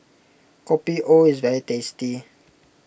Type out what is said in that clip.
Kopi O is very tasty